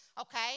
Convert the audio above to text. okay